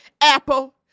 Apple